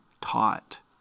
taught